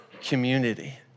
community